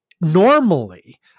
normally